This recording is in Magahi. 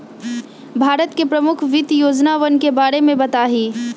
भारत के प्रमुख वित्त योजनावन के बारे में बताहीं